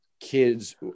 kids